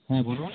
হ্যাঁ বলুন